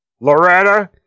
Loretta